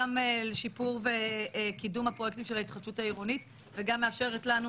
גם לשיפור וקידום הפרויקטים של ההתחדשות העירונית וגם מאפשרת לנו